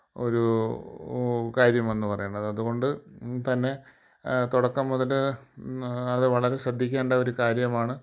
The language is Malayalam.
ഒരു കാര്യമെന്ന് പറയുന്നത് അതുകൊണ്ട് തന്നെ തുടക്കം മുതൽ അത് വളരെ ശ്രദ്ധിക്കേണ്ട ഒരു കാര്യമാണ്